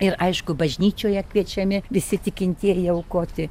ir aišku bažnyčioje kviečiami visi tikintieji aukoti